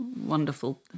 wonderful